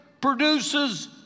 produces